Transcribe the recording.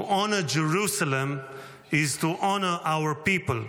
To honor Jerusalem is to honor our people,